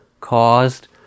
caused